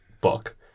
book